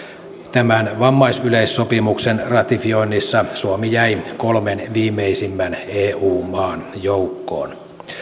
tämän vammaisyleissopimuksen ratifioinnissa suomi jäi kolmen viimeisimmän eu maan joukkoon